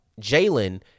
Jalen